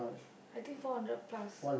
I think four hundred plus